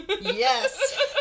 yes